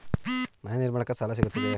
ಮನೆ ನಿರ್ಮಾಣಕ್ಕೆ ಸಾಲ ಸಿಗುತ್ತದೆಯೇ?